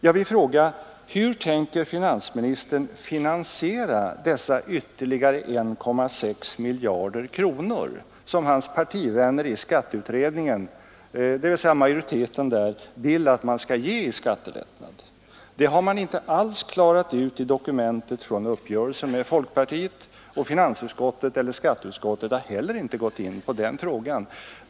Jag vill fråga: Hur tänker finansministern finansiera de 1,6 miljarder kronor som hans partivänner i skatteutredningen — dvs. majoriteten — vill ge i skattelättnad? Det har inte alls klarats ut i dokumentet från uppgörelsen med folkpartiet, och inte heller finansutskottet eller skatteutskottet har behandlat den frågan.